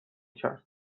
کرد